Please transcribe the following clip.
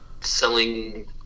selling